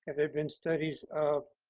have there been studies of